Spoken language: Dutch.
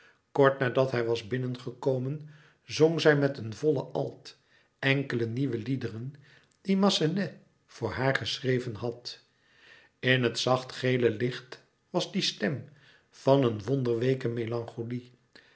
kort nadat hij was binnengekomen zong zij met een volle alt enkele nieuwe liederen die massenet voor haar geschreven had in het zachtgele licht was die stem van een wonderweeke melancholie